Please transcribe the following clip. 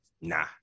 nah